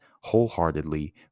wholeheartedly